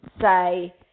say